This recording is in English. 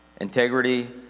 Integrity